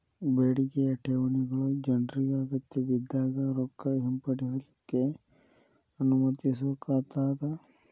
ಬೇಡಿಕೆಯ ಠೇವಣಿಗಳು ಜನ್ರಿಗೆ ಅಗತ್ಯಬಿದ್ದಾಗ್ ರೊಕ್ಕ ಹಿಂಪಡಿಲಿಕ್ಕೆ ಅನುಮತಿಸೊ ಖಾತಾ ಅದ